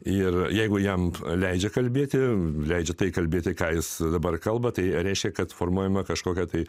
ir jeigu jam leidžia kalbėti leidžia tai kalbėti tai ką jis dabar kalba tai reiškia kad formuojama kažkokia tai